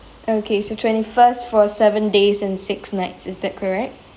okay so twenty first for seven days and six nights is that correct